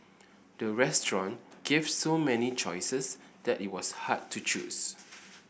the restaurant gave so many choices that it was hard to choose